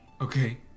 Okay